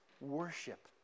Worship